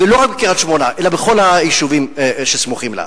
ולא רק בקריית-שמונה אלא בכל היישובים שסמוכים לה.